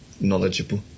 knowledgeable